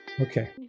Okay